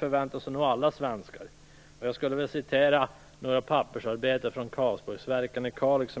Jag träffade några pappersarbetare från Karlsborgsverken i Kalix